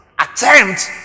attempt